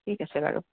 ঠিক আছে বাৰু